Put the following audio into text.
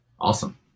Awesome